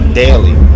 daily